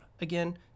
Again